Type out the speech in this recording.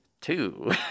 two